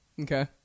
Okay